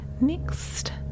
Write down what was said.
next